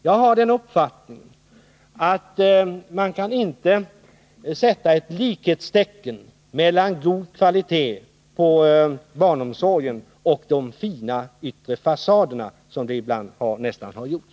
Jag har den uppfattningen att man inte kan sätta likhetstecken mellan god kvalitet på barnomsorgen och de fina yttre fasaderna — som man ibland nästan har gjort.